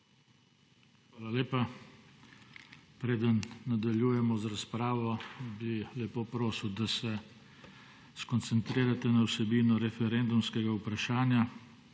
Hvala lepa. Preden nadaljujemo razpravo, bi lepo prosil, da se skoncentrirate na vsebino referendumskega vprašanja.